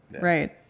right